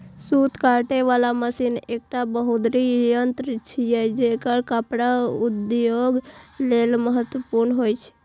सूत काटे बला मशीन एकटा बहुधुरी यंत्र छियै, जेकर कपड़ा उद्योग लेल महत्वपूर्ण होइ छै